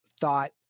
thought